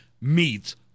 meets